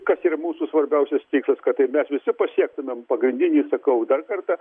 kas yra mūsų svarbiausias tikslas kad tai mes visi pasiektumėm pagrindinį sakau dar kartą